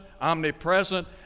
omnipresent